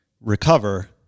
recover